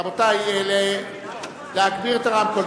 רבותי, להגביר את הרמקול.